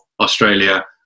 Australia